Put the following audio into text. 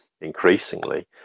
increasingly